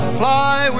fly